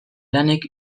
lanek